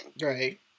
Right